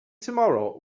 tomorrow